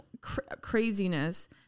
craziness